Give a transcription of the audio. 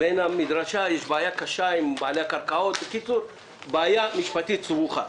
יש בעיה קשה עם בעלי הקרקעות, בעיה משפטית סבוכה.